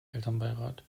elternbeirat